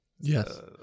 Yes